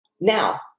Now